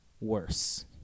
worse